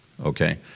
okay